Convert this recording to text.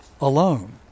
alone